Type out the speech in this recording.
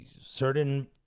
certain